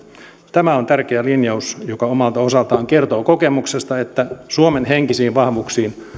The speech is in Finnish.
tämä on tärkeä linjaus joka omalta osaltaan kertoo kokemuksesta että suomen henkisiin vahvuuksiin